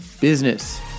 Business